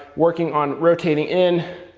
working on rotating in,